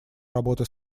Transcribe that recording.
работы